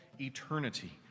eternity